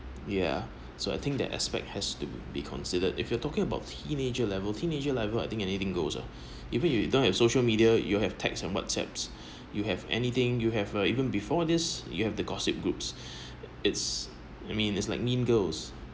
ya so I think that aspect has to be considered if you talking about teenager level teenager level I think anything goes ah even if you don't have social media you'll have text and what's app you have anything you have a even before this you have the gossip groups it's I mean it's like mean girls